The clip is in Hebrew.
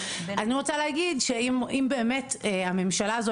ואני רוצה להגיד שאם באמת הממשלה הזו